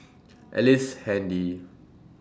Ellice Handy